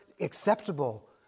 acceptable